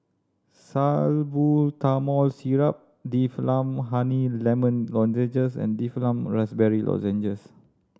Salbutamol Syrup Difflam Honey Lemon Lozenges and Difflam Raspberry Lozenges